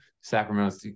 Sacramento